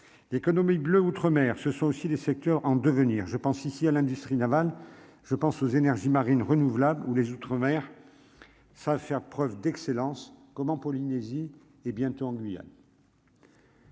d'économie bleu outre-mer, ce sont aussi des secteurs en devenir, je pense ici à l'industrie navale, je pense aux énergies marines renouvelables ou les mer ça faire preuve d'excellence comme en Polynésie et bientôt en Guyane.